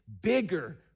bigger